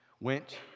went